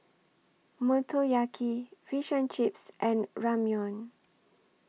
Motoyaki Fish and Chips and Ramyeon